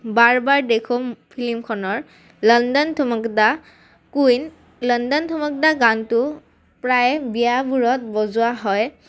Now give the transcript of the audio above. বাৰ বাৰ দেখো ফিল্মখনৰ London Thumakda Queen London Thumakda গানটো প্ৰায় বিয়াবোৰত বজোৱা হয়